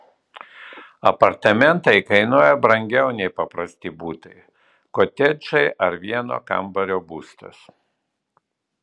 apartamentai kainuoja brangiau nei paprasti butai kotedžai ar vieno kambario būstas